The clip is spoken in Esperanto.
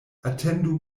atendu